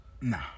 nah